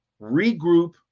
regroup